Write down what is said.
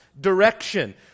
direction